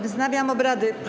Wznawiam obrady.